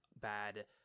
bad